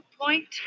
point